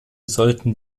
sollten